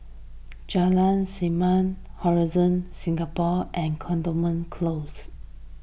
Jalan Segam Horizon Singapore and Cantonment Close